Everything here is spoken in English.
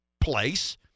place